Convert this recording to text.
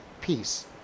peace